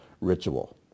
ritual